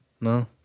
No